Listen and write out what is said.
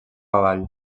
avall